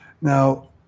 Now